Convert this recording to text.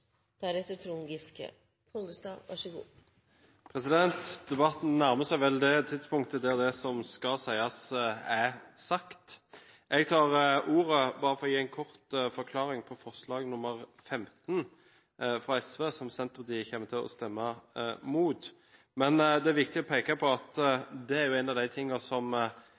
Debatten nærmer seg vel det tidspunktet der det som skal sies, er sagt. Jeg tar ordet bare for å gi en kort forklaring når det gjelder forslag nr. 15, fra SV, som Senterpartiet kommer til å stemme imot. Det er viktig å peke på at det går på en av de tingene som